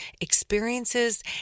experiences